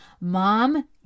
Mom